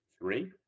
Three